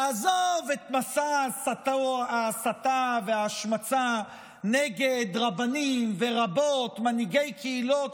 תעזוב את מסע ההסתה וההשמצה נגד רבנים ורבות מנהיגי קהילות,